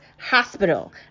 hospital